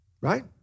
Right